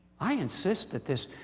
i insist that this